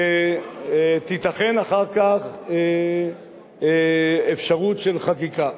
ותיתכן אחר כך אפשרות של חקיקה.